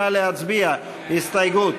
נא להצביע, הסתייגות.